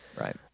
Right